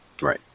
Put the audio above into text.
Right